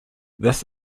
this